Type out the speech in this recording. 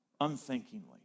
unthinkingly